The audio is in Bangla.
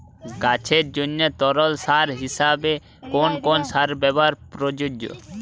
গাছের জন্য তরল সার হিসেবে কোন কোন সারের ব্যাবহার প্রযোজ্য?